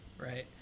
right